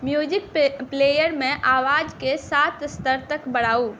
music प्लेयरमे आवाज के सात स्तर तक बढ़ाऊ